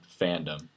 fandom